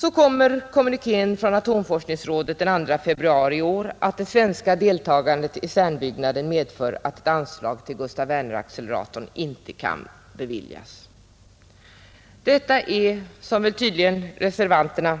Därefter kom kommunikén från atomforskningsrådet den 2 februari i år, att det svenska deltagandet i CERN-utbyggnaden medför att anslaget till Gustaf Werneracceleratorn inte kan beviljas. Detta är, som reservanterna tydligen